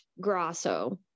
Grasso